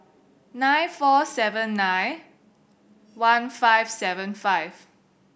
nine four seven nine one five seven five